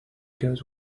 goes